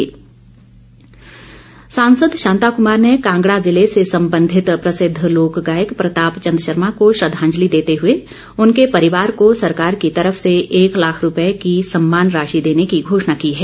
शांता कुमार सांसद शांता कुमार ने कांगड़ा जिले से संबंधित प्रसिद्ध लोक गायक प्रताप चंद शर्मा को श्रद्धांजलि देते हुए उनके परिवार को सरकार की तरफ से एक लाख रूपए की सम्मान राशि देने की घोषणा की है